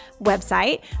website